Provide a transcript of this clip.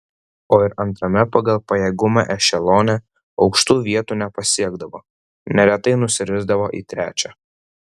o ir antrame pagal pajėgumą ešelone aukštų vietų nepasiekdavo neretai nusirisdavo į trečią